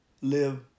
live